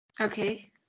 Okay